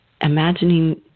imagining